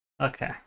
Okay